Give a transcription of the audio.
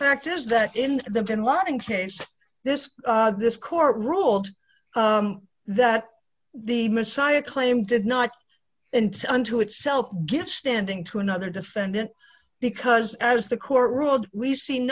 fact is that in the bin laden case this this court ruled that the messiah claim did not and unto itself get standing to another defendant because as the court ruled we see